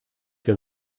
wir